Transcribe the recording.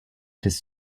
des